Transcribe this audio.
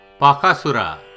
Pakasura